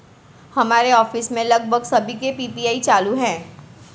हमारे ऑफिस में लगभग सभी के पी.पी.आई चालू है